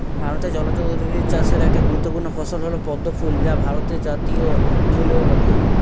ভারতে জলজ উদ্ভিদ চাষের একটি গুরুত্বপূর্ণ ফসল হল পদ্ম ফুল যা ভারতের জাতীয় ফুলও বটে